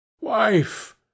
Wife